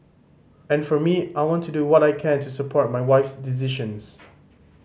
and for me I want to do what I can to support my wife's decisions